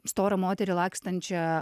storą moterį lakstančią